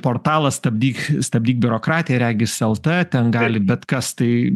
portalas stabdyk stabdyk biurokratiją regis lt ten gali bet kas tai